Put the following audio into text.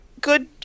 good